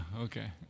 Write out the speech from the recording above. okay